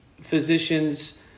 physicians